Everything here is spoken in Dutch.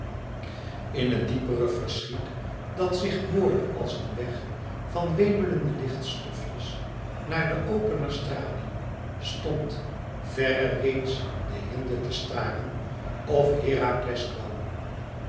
in het diepere verschiet dat zich boorde als een weg van wemelende lichtstofjes naar de opener straling stond verre reeds de hinde te staren of herakles kwam